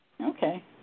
Okay